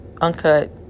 uncut